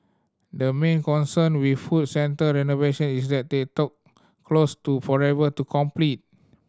the main concern with food center renovation is that they talk close to forever to complete